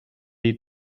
eat